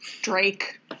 Drake